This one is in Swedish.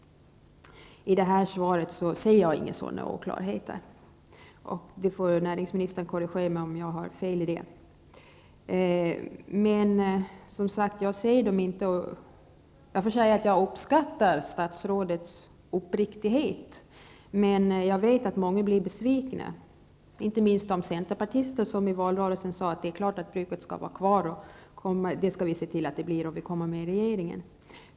I detta svar ser jag inga sådana oklarheter. Näringsministern får korrigera mig om jag har fel. Jag måste säga att jag uppskattar statsrådets uppriktighet, men jag vet att många blir besvikna, inte minst de centerpartister som i valrörelsen sade att det var klart att bruket skall vara kvar och att man skulle se till att så blev fallet om man kom med i regeringen.